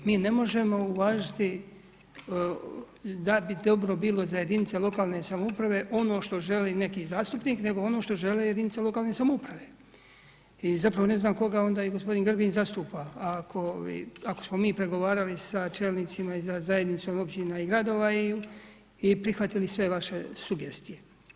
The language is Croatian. Mi ne možemo uvažiti da bi dobro bilo za jedinice lokalne samouprave ono što želi neki zastupnik, nego ono što žele jedinice lokalne samouprave i zapravo ne znam koga onda i gospodin Grbin zastupa, ako smo mi pregovarali sa čelnicima i sa zajednicom općina i gradova i prihvatili sve vaše sugestije.